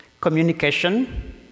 communication